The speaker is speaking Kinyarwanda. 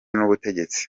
n’ubutegetsi